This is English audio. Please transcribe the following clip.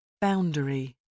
Boundary